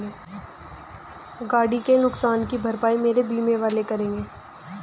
गाड़ी के नुकसान की भरपाई मेरे बीमा वाले करेंगे